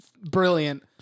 Brilliant